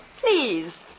Please